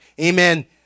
amen